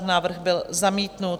Návrh byl zamítnut.